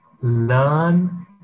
Learn